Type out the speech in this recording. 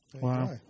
wow